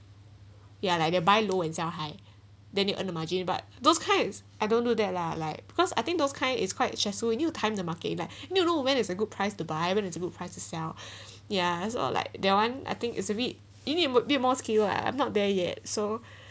ya like they buy low sell high then you earn the margin but those kinds I don't know that lah like because I think those kind it's quite stressful you knew time the market like when you know it's a good price to buy and when it's a good price to sell ya it's all like that one I think is a bit you men would be more skill ah I'm not there yet so